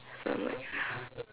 so I'm like